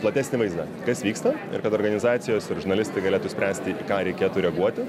platesnį vaizdą kas vyksta ir kad organizacijos ir žurnalistai galėtų spręsti į ką reikėtų reaguoti